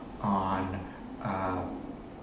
on